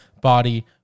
body